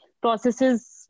processes